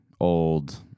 old